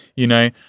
you know,